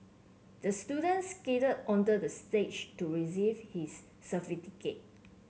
the student skated onto the stage to receive his